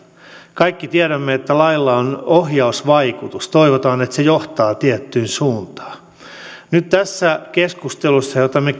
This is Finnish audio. kaikki tiedämme että laeilla on ohjausvaikutus toivotaan että ne johtavat tiettyyn suuntaan nyt tässä keskustelussa jota me